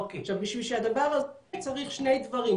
עכשיו בשביל שהדבר הזה יקרה צריך שני דברים,